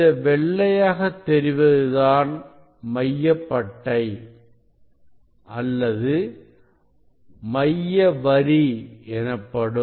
இந்த வெள்ளையாக தெரிவது தான் மைய பட்டை அல்லது மைய வரி எனப்படும்